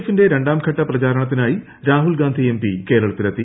എഫിന്റെ രണ്ടാം ഘട്ട പ്രചാരണത്തിനായി രാഹുൽ ഗാന്ധി എം പി കേരളത്തിലെത്തി